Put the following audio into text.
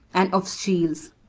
and of shields.